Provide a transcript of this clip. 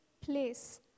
place